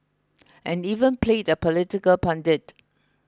and even played a political pundit